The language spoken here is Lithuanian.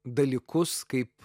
dalykus kaip